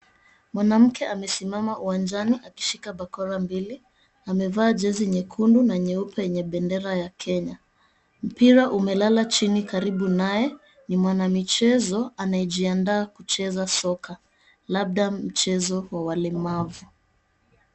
Mwanamke amesimama uwanjani akishika bakora mbili. Amevaa jezi nyekundu na nyeupe yenye bendera ya Kenya. Mpira umelala chini karibu naye. Ni mwanamichezo anayejiandaa kucheza soka, labda mchezo wa walemavu.